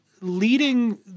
leading